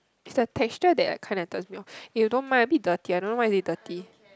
it's the texture that kind of turns me off eh you don't mind a bit dirty I don't know why is it dirty